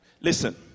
listen